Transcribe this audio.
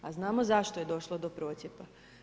A znamo zašto je došlo do procijepa.